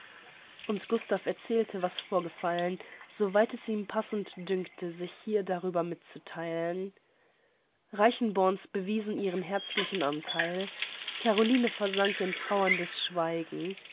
und gustav erzählte was vorgefallen so weit es ihm passend dünkte sich hier darüber mitzutheilen reichenborns bewiesen ihren herzlichen antheil caroline versank in trauerndes schweigen